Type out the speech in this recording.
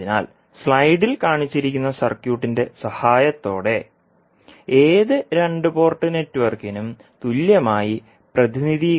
അതിനാൽ സ്ലൈഡിൽ കാണിച്ചിരിക്കുന്ന സർക്യൂട്ടിന്റെ സഹായത്തോടെ ഏത് രണ്ട് പോർട്ട് നെറ്റ്വർക്കിനും തുല്യമായി പ്രതിനിധീകരിക്കാമെന്നാണ് ഇതിനർത്ഥം